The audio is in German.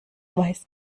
weiß